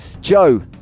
Joe